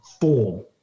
form